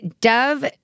Dove